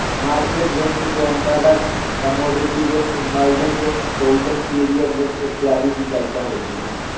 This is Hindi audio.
मार्केट रिस्क के अंतर्गत commodity risk, margin risk, holding period risk इत्यादि की चर्चा होती है